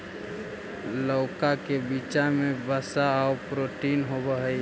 लउका के बीचा में वसा आउ प्रोटीन होब हई